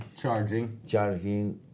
charging